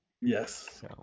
Yes